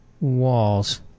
walls